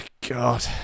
god